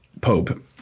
Pope